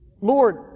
Lord